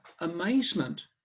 amazement